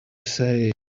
say